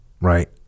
Right